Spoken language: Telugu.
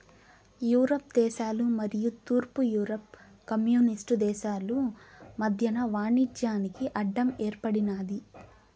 యూరప్ దేశాలు మరియు తూర్పు యూరప్ కమ్యూనిస్టు దేశాలు మధ్యన వాణిజ్యానికి అడ్డం ఏర్పడినాది